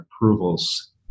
approvals